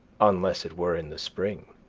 unless it were in the spring,